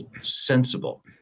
sensible